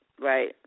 Right